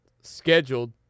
scheduled